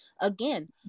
Again